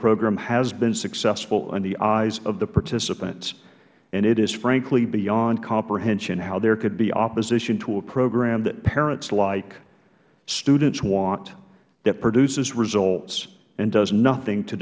program has been successful in the eyes of the participants and it is frankly beyond comprehension how there could be opposition to a program that parents like students want that produces results and does nothing to